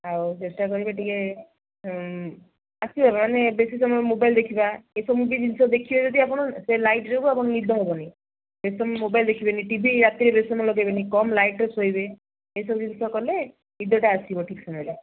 ଆଉ ଚେଷ୍ଟା କରିବେ ଟିକେ ଆସିବା ପାଇଁ ମାନେ ବେଶୀ ସମୟ ମୋବାଇଲ୍ ଦେଖିବା ଏସବୁ ଜିନିଷ ଯଦି ଦେଖିବେ ଆପଣ ସେ ଲାଇଟ୍ ଯୋଗୁଁ ଆପଣଙ୍କୁ ନିଦ ହେବନି ବେଶୀ ସମୟ ମୋବାଇଲ୍ ଦେଖିବେନି ଟି ଭି ରାତିରେ ବେଶୀ ସମୟ ଲଗେଇବେନି କମ୍ ଲାଇଟ୍ରେ ଶୋଇବେ ଏସବୁ ଜିନିଷ କଲେ ନିଦଟା ଆସିବ ଠିକ୍ ସମୟରେ